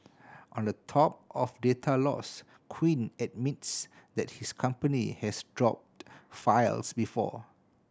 on the top of data loss Quinn admits that his company has dropped files before